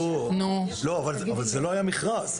אבל זה לא היה מכרז.